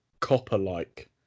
copper-like